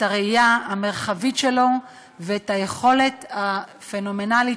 את הראייה המרחבית שלו ואת היכולת הפנומנלית